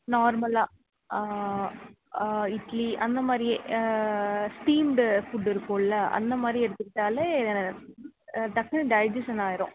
நார்மலாக இட்லி அந்த மாதிரியே ஸ்டீம்டு ஃபுட்டு இருக்குதுல்ல அந்த மாதிரி எடுத்துக்கிட்டாலே டக்குன்னு டைஜிசன் ஆகிடும்